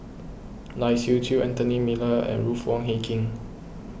Lai Siu Chiu Anthony Miller and Ruth Wong Hie King